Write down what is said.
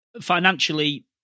financially